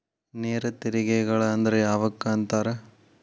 ನೇರ ತೆರಿಗೆಗಳ ಅಂದ್ರ ಯಾವಕ್ಕ ಅಂತಾರ